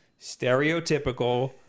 stereotypical